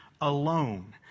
alone